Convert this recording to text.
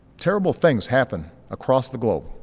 terrible things happen across the globe.